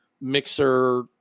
mixer